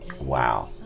Wow